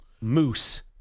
Moose